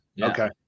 Okay